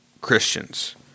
Christians